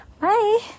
bye